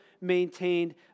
maintained